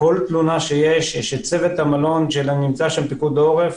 יש במלון צוות של פיקוד העורף,